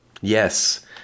Yes